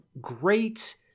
great